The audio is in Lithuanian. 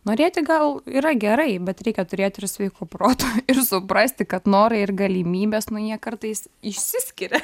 norėti gal yra gerai bet reikia turėt ir sveiko proto ir suprasti kad norai ir galimybės nu jie kartais išsiskiria